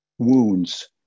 wounds